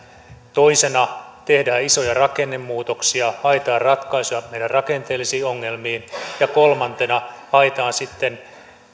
toisena tehdään isoja rakennemuutoksia haetaan ratkaisuja meidän rakenteellisiin ongelmiin ja kolmantena haetaan sitten